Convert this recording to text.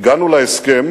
"הגענו להסכם